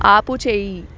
ఆపుచేయి